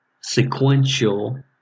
sequential